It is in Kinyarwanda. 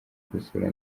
gusura